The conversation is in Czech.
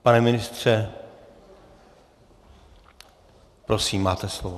Pane ministře, prosím, máte slovo.